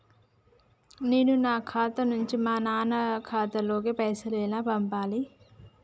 నేను నా ఖాతా నుంచి మా నాన్న ఖాతా లోకి పైసలు ఎలా పంపాలి?